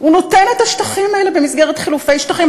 הוא נותן את השטחים האלה במסגרת חילופי שטחים,